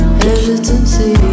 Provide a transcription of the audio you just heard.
hesitancy